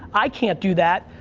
i can't do that.